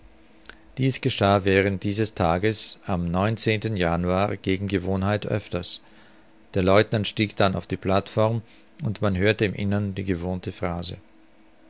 dies geschah während dieses tages am januar gegen gewohnheit öfters der lieutenant stieg dann auf die plateform und man hörte im innern die gewohnte phrase